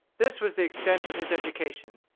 this was the extent of his education.